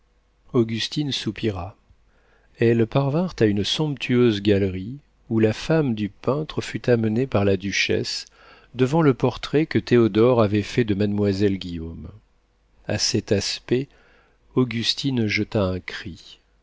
augustine soupira elles parvinrent à une somptueuse galerie où la femme du peintre fut amenée par la duchesse devant le portrait que théodore avait fait de mademoiselle guillaume a cet aspect augustine jeta un cri